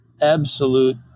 absolute